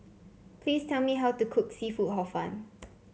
please tell me how to cook seafood Hor Fun